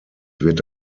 wird